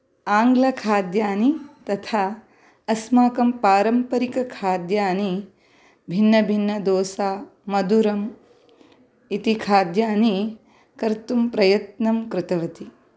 आंग्लखाद्यनि तथा अस्माकं पारम्परिकखाद्यानि भिन्नभिन्नदोसा मधुरं इति खाद्यनि कर्तुं प्रयत्नं कृतवती